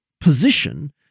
position